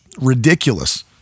ridiculous